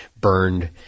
burned